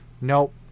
nope